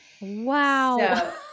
Wow